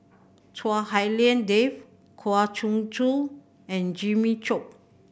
Chua Hak Lien Dave Kwa Geok Choo and Jimmy Chok